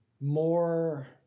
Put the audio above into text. more